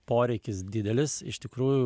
poreikis didelis iš tikrųjų